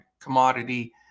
commodity